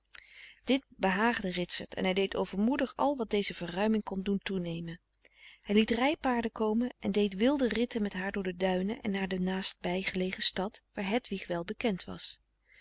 dit behaagde ritsert en hij deed overmoedig al wat deze verruiming kon doen toenemen hij liet rijpaarden komen en deed wilde ritten met haar door de duinen en naar de naast bijgelegen stad waar hedwig welbekend was